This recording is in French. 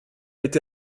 été